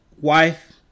wife